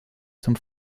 zum